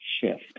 shift